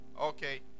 okay